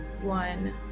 One